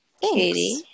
Katie